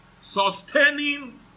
Sustaining